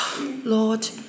Lord